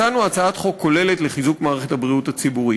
הצענו הצעת חוק כוללת לחיזוק מערכת הבריאות הציבורית.